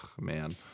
man